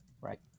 Right